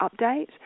update